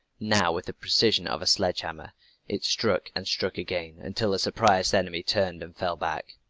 now with the precision of a sledge-hammer it struck, and struck again until the surprised enemy turned and fell back.